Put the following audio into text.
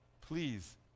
Please